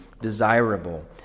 desirable